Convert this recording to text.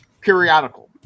periodical